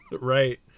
Right